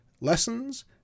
lessons